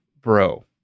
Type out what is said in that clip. bro